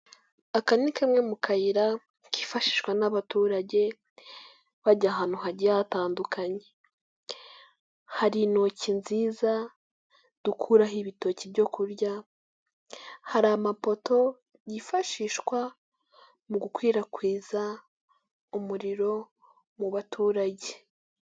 Aka ni kamwe mu kayira kifashishwa n'abaturage, bajya ahantu hagiye hatandukanye, hari intoki nziza dukuraho ibitoki byo kurya, hari amapoto yifashishwa mu gukwirakwiza umuriro mu baturage.